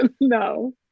No